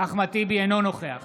אינו נוכח